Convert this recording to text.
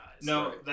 No